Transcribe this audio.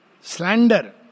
slander